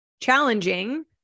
challenging